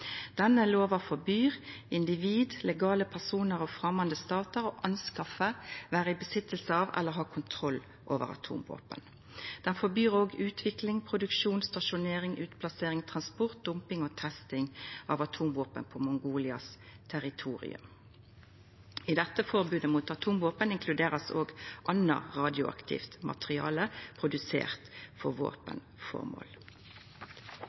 Denne lova forbyr individ, legale personar og framande statar å skaffa seg, ha hand om eller kontroll over atomvåpen. Lova forbyr også utvikling, produksjon, stasjonering, utplassering, transport, dumping og testing av atomvåpen på Mongolias territorium. I dette forbodet mot atomvåpen blir også anna radioaktivt materiale som er produsert for våpenformål,